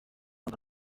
n’u